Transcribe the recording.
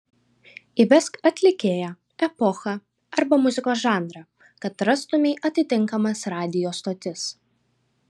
įvesk atlikėją epochą arba muzikos žanrą kad surastumei atitinkamas radijo stotis